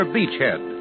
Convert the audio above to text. Beachhead